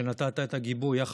שנתת את הגיבוי למהלך,